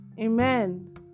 Amen